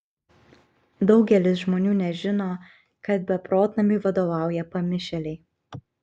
daugelis žmonių nežino kad beprotnamiui vadovauja pamišėliai